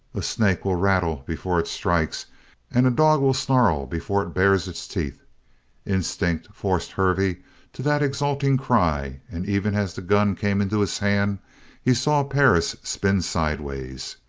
a snake will rattle before it strikes and a dog will snarl before it bares its teeth instinct forced hervey to that exulting cry and even as the gun came into his hand he saw perris spin sideways.